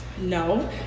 no